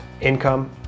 income